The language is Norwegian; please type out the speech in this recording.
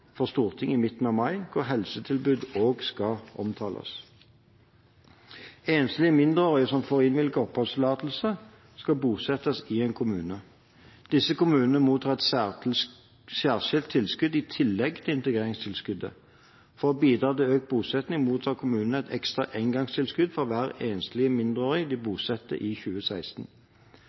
for Stortinget i midten av mai, hvor helsetilbud også skal omtales. Enslige mindreårige som får innvilget oppholdstillatelse, skal bosettes i en kommune. Disse kommunene mottar et særskilt tilskudd i tillegg til integreringstilskuddet. For å bidra til økt bosetting mottar kommunene et ekstra engangstilskudd for hver enslige mindreårige de bosetter i 2016.